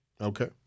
Okay